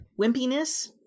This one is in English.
wimpiness